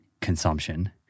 consumption